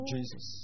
Jesus